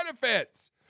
benefits